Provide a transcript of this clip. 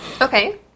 Okay